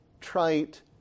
trite